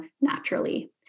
naturally